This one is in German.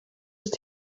ist